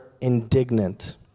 indignant